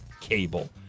cable